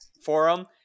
forum